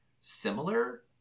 similar